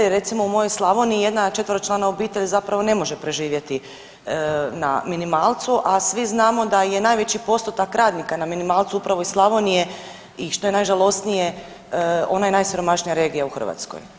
Jer recimo u mojoj Slavoniji jedna četveročlana obitelj zapravo ne može preživjeti na minimalcu, a svi znamo da je najveći postotak radnika na minimalcu upravo iz Slavonije i što je najžalosnije ona je najsiromašnija regija u Hrvatskoj.